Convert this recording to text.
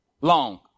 long